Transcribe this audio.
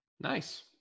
Nice